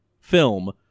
film